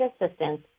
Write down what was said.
assistance